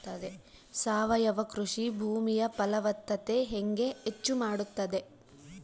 ಸಾವಯವ ಕೃಷಿ ಭೂಮಿಯ ಫಲವತ್ತತೆ ಹೆಂಗೆ ಹೆಚ್ಚು ಮಾಡುತ್ತದೆ?